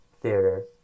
Theater